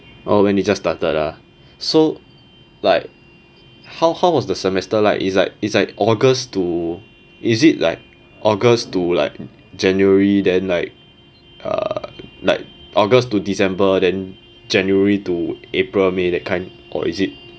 orh when you just started ah so like how how was the semester like it's like it's like august to is it like august to like january then like uh like august to december then january to april may that kind or is it